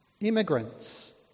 immigrants